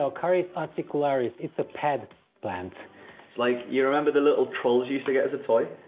eleocharis ah acicularis. it's a pad plant. it's like. you remember the little trolls you used to get as a toy?